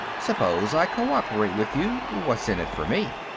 suppose i cooperate with you what's in it for me?